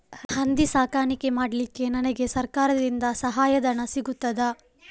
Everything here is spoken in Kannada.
ಹಂದಿ ಸಾಕಾಣಿಕೆ ಮಾಡಲಿಕ್ಕೆ ನನಗೆ ಸರಕಾರದಿಂದ ಸಹಾಯಧನ ಸಿಗುತ್ತದಾ?